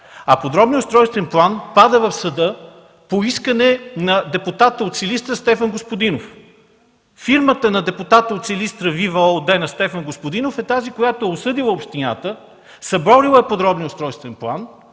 а подробния устройствен план пада в съда по искане на депутата от Силистра Стефан Господинов. Фирмата на депутата от Силистра „Вива” ООД на Стефан Господинов е тази, която е осъдила общината, съборила е подробния устройствен план,